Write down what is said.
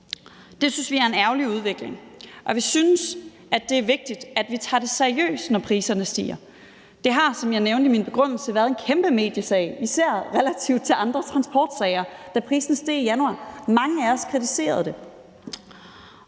Det synes vi er en ærgerlig udvikling, og vi synes, det er vigtigt, at vi tager det seriøst, når priserne stiger. Det har, som jeg nævnte i min begrundelse, været en kæmpe mediesag, især i forhold til andre transportsager, da prisen steg i januar. Mange af os kritiserede det,